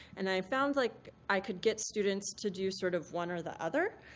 and i found like i could get students to do sort of one or the other.